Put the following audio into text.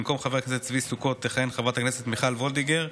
במקום חבר הכנסת צבי סוכות תכהן חברת הכנסת מיכל וולדיגר,